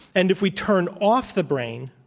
and if we turn off the brain,